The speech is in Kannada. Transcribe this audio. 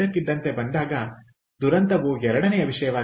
ಇದ್ದಕ್ಕಿದ್ದಂತೆ ಬಂದಾಗ ಉಲ್ಲೇಖಿತ ಸಮಯ 1730 ದುರಂತವು ಎರಡನೆಯ ವಿಷಯವಾಗಿದೆ